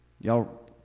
Y'all